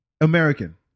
American